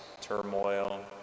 turmoil